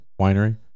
Winery